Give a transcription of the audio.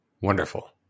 wonderful